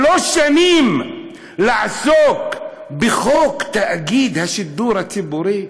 שלוש שנים לעסוק בחוק תאגיד השידור הציבורי?